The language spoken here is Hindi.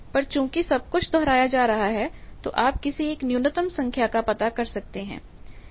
पर चूँकि सब कुछ दोहराया जा रहा है तो आप किसी एक न्यूनतम संख्या का पता कर सकते हैं